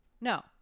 No